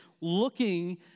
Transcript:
looking